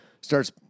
starts